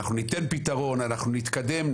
אנחנו ניתן פתרון, אנחנו נתקדם.